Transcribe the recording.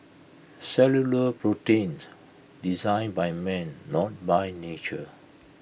cellular proteins designed by man not by nature